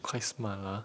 quite smart ah